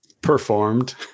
Performed